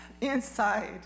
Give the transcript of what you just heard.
inside